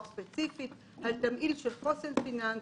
ספציפי - על תמהיל של חוסן פיננסי,